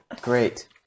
Great